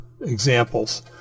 examples